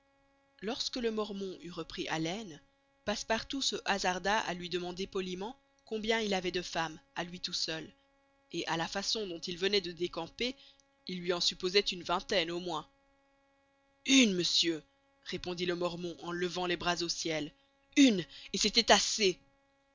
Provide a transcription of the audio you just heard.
lorsque le mormon eut repris haleine passepartout se hasarda à lui demander poliment combien il avait de femmes à lui tout seul et à la façon dont il venait de décamper il lui en supposait une vingtaine au moins une monsieur répondit le mormon en levant les bras au ciel une et c'était assez